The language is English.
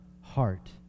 heart